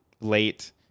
late